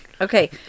Okay